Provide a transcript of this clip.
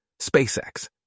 SpaceX